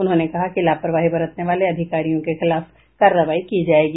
उन्होंने कहा कि लापरवाही बरतने वाले अधिकारियों के खिलाफ कार्रवाई की जायेगी